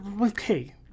okay